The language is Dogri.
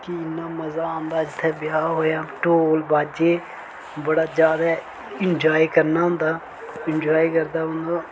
कि इन्ना मजा आंदा इत्थै ब्याह होएया ढोल बाजे बड़ा ज्यादा इंजाय करना होंदा इंजाय करदा बंदा